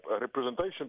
representation